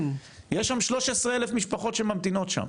יש שם כ-13,000 משפחות שממתינות שם,